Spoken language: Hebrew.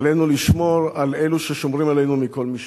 עלינו לשמור על אלו ששומרים עלינו מכל משמר,